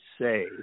say